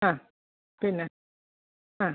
ആ പിന്നെ ആ